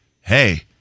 hey-